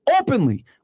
openly